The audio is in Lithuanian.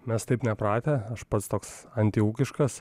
mes taip nepratę aš pats toks anti ūkiškas